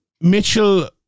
Mitchell